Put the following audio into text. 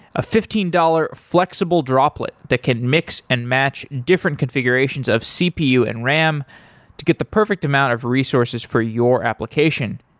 a fifteen dollars flexible droplet that can mix and match different configurations of cpu and ram to get the perfect amount of resources for your application.